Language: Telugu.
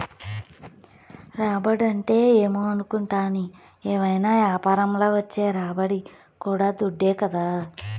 రాబడంటే ఏమో అనుకుంటాని, ఏవైనా యాపారంల వచ్చే రాబడి కూడా దుడ్డే కదా